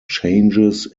changes